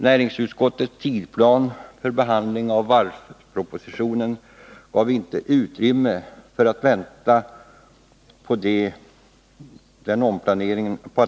Näringsutskottets tidsplan för behandling av varvspropositionen gav inte utrymme för att vänta på detta.